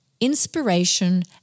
inspiration